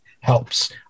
helps